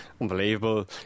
unbelievable